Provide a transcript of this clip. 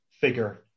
figure